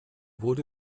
wurde